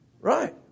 Right